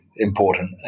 important